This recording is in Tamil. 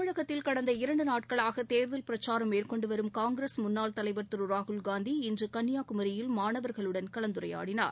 தமிழகத்தில் கடந்த இரண்டு நாட்களாக தேர்தல் பிரச்சாரம் மேற்கொண்டு வரும் காங்கிரஸ் முன்னாள் தலைவர் திரு ராகுல்காந்தி இன்று கன்னியாகுமரியில் மாணவர்களுடன் கலந்துரையாடினார்